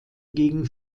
gegen